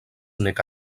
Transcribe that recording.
nek